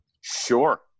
Sure